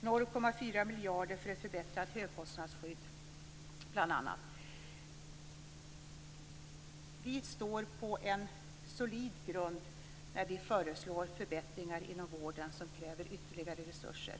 och 0,4 miljarder för ett förbättrat högkostnadsskydd. Vi står på solid grund när vi föreslår förbättringar inom vården som kräver ytterligare resurser.